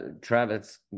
Travis